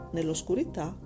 Nell'oscurità